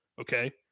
Okay